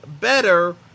better